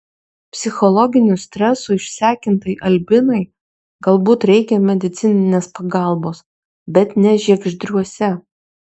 psichologinių stresų išsekintai albinai galbūt reikia medicininės pagalbos bet ne žiegždriuose